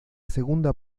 segunda